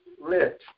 lit